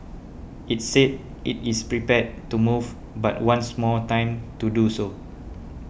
it said it is prepared to move but wants more time to do so